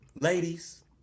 Ladies